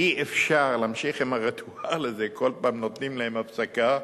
אי-אפשר להמשיך עם הריטואל הזה: כל פעם נותנים להם הפסקה,